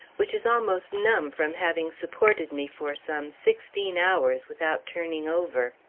which is almost numb from having supported me for some sixteen hours without turning over.